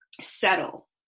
settle